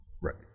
Right